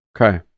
Okay